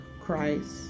Christ